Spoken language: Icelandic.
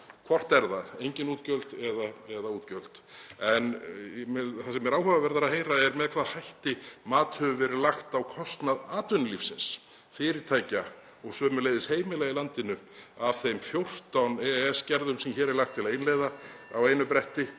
Hvort er það: Engin útgjöld eða útgjöld? En það sem er áhugaverðara að heyra er með hvaða hætti mat hefur verið lagt á kostnað atvinnulífsins, fyrirtækja og sömuleiðis heimila í landinu af þeim 14 EES-gerðum sem hér er (Forseti hringir.) lagt til að innleiða á einu bretti